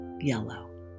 yellow